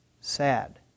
sad